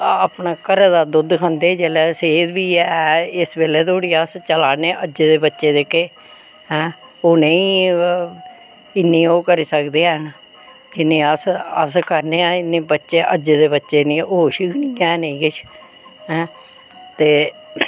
अपने घरै दा दुद्ध खंदे जेल्लै सेह्त बी ऐ इस बेल्लै तोड़ी अस तला नै आं अज्जै दे बच्चे जेह्के ऐं ओह् नेईं इन्नी ओह् करी सकदे हैन की इन्नी अस करने आं बच्चे अज्जै दे बच्चे गी होश गै निं ऐ किश ऐं ते